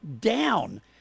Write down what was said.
down